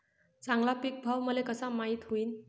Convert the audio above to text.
चांगला पीक भाव मले कसा माइत होईन?